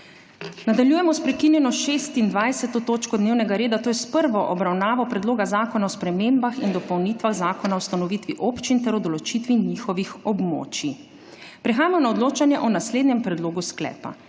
Nadaljujemo sprekinjeno 26. točko dnevnega reda, to je s prvo obravnavo Predloga zakona o spremembah in dopolnitvah Zakona o ustanovitvi občin ter o določitvi njihovih območij. Prehajamo na odločanje o naslednjem predlogu sklepa: